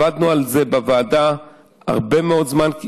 עבדנו על זה בוועדה הרבה מאוד זמן,